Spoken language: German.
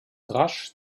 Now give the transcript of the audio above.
rasch